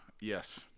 Yes